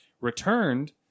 returned